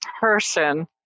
person